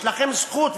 יש לכם זכות,